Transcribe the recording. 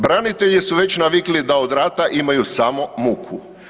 Branitelji su već navikli da od rata imaju samo muku.